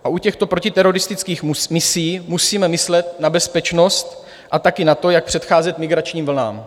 U těchto protiteroristických misí musíme myslet na bezpečnost a také na to, jak předcházet migračním vlnám.